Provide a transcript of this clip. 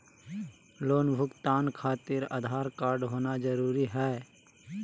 Loan भुगतान खातिर Aadhaar card होना जरूरी है?